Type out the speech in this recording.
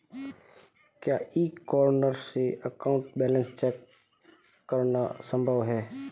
क्या e corner से account balance check करना संभव है?